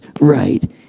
right